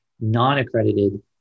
non-accredited